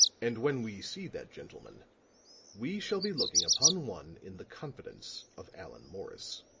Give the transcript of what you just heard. and when we see that gentleman we shall be looking upon one in the confidence of allan morris.